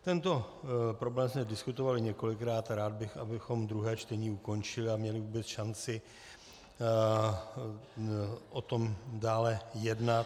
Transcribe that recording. Tento problém jsme diskutovali několikrát a rád bych, abychom druhé čtení ukončili a měli vůbec šanci o tom dále jednat.